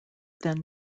then